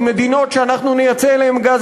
עם מדינות שאנחנו נייצא אליהן גז,